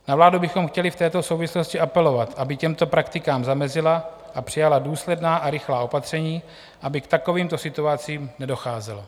Na vládu bychom chtěli v této souvislosti apelovat, aby těmto praktikám zamezila a přijala důsledná a rychlá opatření, aby k takovýmto situacím nedocházelo.